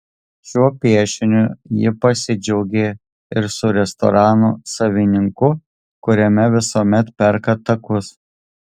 šiuo piešiniu ji pasidžiaugė ir su restorano savininku kuriame visuomet perka takus